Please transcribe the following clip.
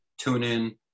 TuneIn